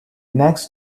next